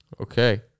Okay